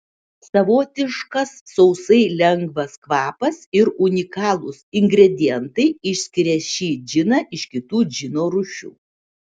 savotiškas sausai lengvas kvapas ir unikalūs ingredientai išskiria šį džiną iš kitų džino rūšių